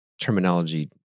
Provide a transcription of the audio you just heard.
terminology